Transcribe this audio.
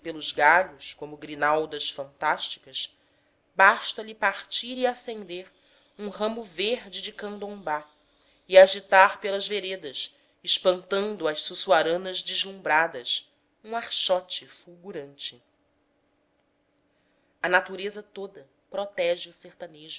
pelos galhos como grinaldas fantásticas basta-lhe partir e acender um ramo verde de candombá e agitar pelas veredas espantando as suçuaranas deslumbradas um archote fulgurante a natureza toda protege o sertanejo